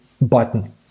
button